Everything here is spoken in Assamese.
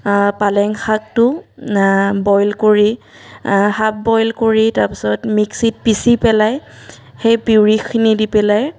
পালেং শাকটো বইল কৰি হাফ বইল কৰি তাৰপিছত মিক্সিত পিচি পেলাই সেই পিউৰিখিনি দি পেলাই